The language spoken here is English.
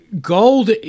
Gold